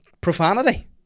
profanity